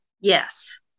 Yes